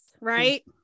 right